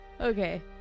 Okay